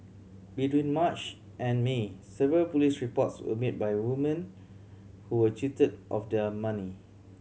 between March and May several police reports were made by woman who were cheated of their money